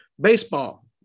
Baseball